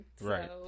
Right